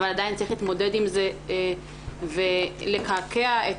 אבל עדיין צריך להתמודד עם זה ולקעקע את